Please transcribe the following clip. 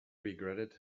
regretted